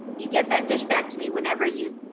you get that dish back to me whenever you.